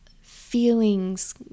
feelings